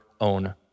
own